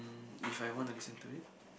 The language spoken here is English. mm if I wanna listen to it